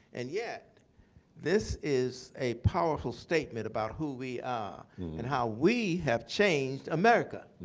and yet this is a powerful statement about who we are and how we have changed america.